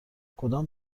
کدام